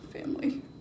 family